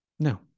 No